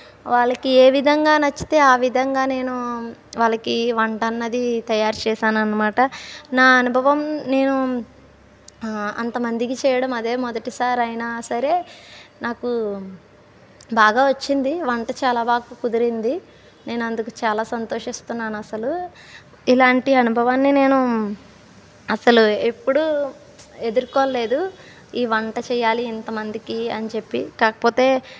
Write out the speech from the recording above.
వాళ్ళకి ఏ విధంగా నచ్చితే ఆ విధంగా నేను వాళ్ళకి వంట అన్నది తయారు చేసానన్నమాట నా అనుభవం నేను అంత మందికి చేయడం అదే మొదటిసారి అయినా సరే నాకు బాగా వచ్చింది వంట చాలా బాగా కుదిరింది నేను అందుకు చాలా సంతోషిస్తున్నాను అసలు ఇలాంటి అనుభవాన్ని నేను అసలు ఎప్పుడూ ఎదుర్కోలేదు ఈ వంట చేయాలి ఇంత మందికి అని చెప్పి కాకపోతే